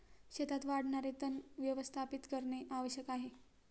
शेतात वाढणारे तण व्यवस्थापित करणे आवश्यक आहे